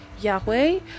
Yahweh